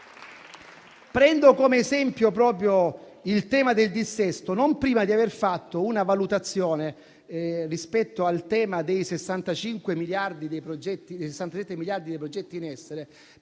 Prendo come esempio proprio il tema del dissesto, non prima di aver fatto una valutazione rispetto al tema dei 67 miliardi di euro dei progetti in essere,